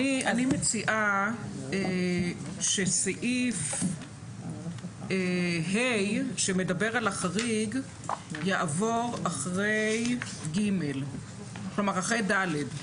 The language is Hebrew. אני מציעה שסעיף (ה) שמדבר על החריג יעבור אחרי (ד).